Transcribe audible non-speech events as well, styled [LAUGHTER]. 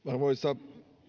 [UNINTELLIGIBLE] arvoisa